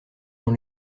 dans